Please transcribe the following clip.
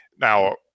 now